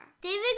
David